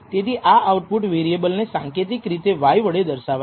તેથી આ output variable ને સાંકેતિક રીતે y વડે દર્શાવાય છે